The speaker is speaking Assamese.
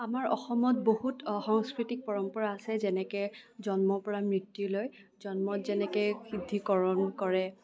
আমাৰ অসমত বহুত সাংস্কৃতিক পৰম্পৰা আছে যেনেকে জন্মৰ পৰা মৃত্যুলৈ যেনেকে শুদ্ধিকৰণ কৰে